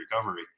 recovery